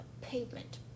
pavement